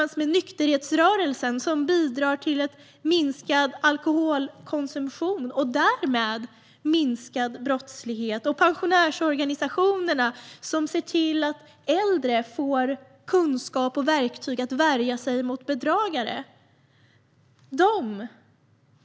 Nykterhetsrörelsen bidrar till en minskad alkoholkonsumtion och därmed minskad brottslighet. Pensionärsorganisationerna ser till att de äldre får kunskap och verktyg för att värja sig mot bedragare.